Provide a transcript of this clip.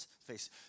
face